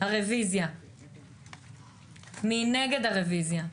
מי נגד?